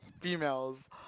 females